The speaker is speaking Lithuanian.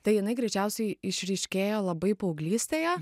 tai jinai greičiausiai išryškėjo labai paauglystėje